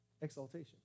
Exaltation